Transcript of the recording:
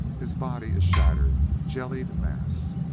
his body a shattered, jellied mass.